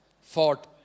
fought